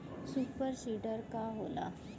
Super seeder का होला?